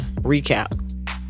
recap